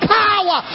power